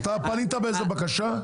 אתה פנית באיזו בקשה?